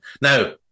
Now